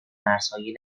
مرزهای